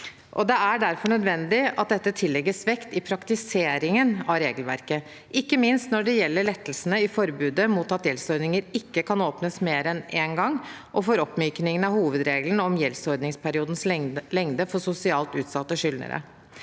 Det er derfor nødvendig at dette tillegges vekt i praktiseringen av regelverket, ikke minst når det gjelder lettelsene i forbudet mot å åpne gjeldsordning mer enn en gang, og for oppmykningen av hovedregelen om gjeldsordningsperiodens lengde for sosialt utsatte skyldnere.